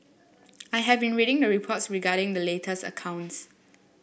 I have been reading the reports regarding the latest accounts